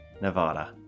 Nevada